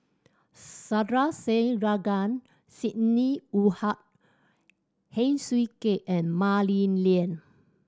Sandrasegaran Sidney Woodhull Heng Swee Keat and Mah Li Lian